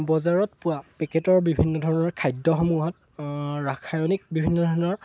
বজাৰত পোৱা পেকেটৰ বিভিন্ন ধৰণৰ খাদ্যসমূহত ৰাসায়নিক বিভিন্ন ধৰণৰ